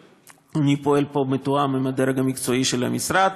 ואני פועל פה בתיאום עם הדרג המקצועי של המשרד.